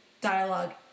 dialogue